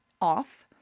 off